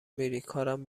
میری، کارم